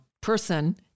person